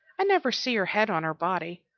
i never see her head on her body,